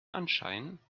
anschein